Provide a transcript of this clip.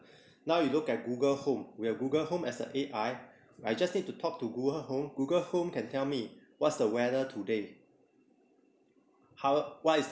now you look at google home we have google home as a A_I I just need to talk to google home google home can tell me what's the weather today how why is th~